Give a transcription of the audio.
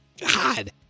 God